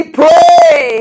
pray